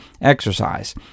exercise